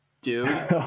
Dude